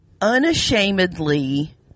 unashamedly